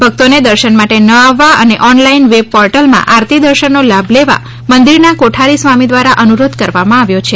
ભક્તોને દર્શન માટે ન આવવા અને ઓનલાઇન વેબ પોર્ટલમાં આરતી દર્શન નો લાભ લેવા મંદિરના કોઠારી સ્વામી દ્વારા અનુરોધ કરવામાં આવેલ છે